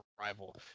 rival